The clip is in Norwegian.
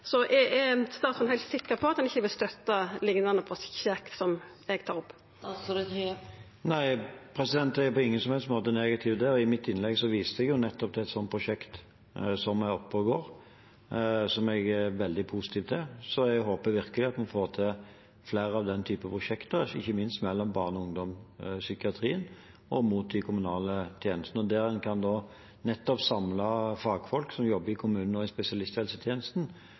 Er statsråden heilt sikker på at han ikkje vil støtta liknande prosjekt som dei eg tar opp? Jeg er på ingen måte negativ til det, og i mitt innlegg viste jeg nettopp til et sånt prosjekt som er oppe og går, som jeg er veldig positiv til. Så jeg håper virkelig vi får til flere av den typen prosjekter, ikke minst mellom barne- og ungdomspsykiatrien og mot de kommunale tjenestene, der en nettopp kan samle fagfolk som jobber i kommunene og i spesialisthelsetjenesten,